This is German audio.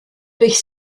durch